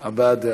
דעה,